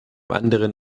anderen